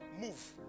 move